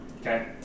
Okay